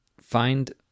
find